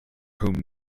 whom